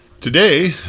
Today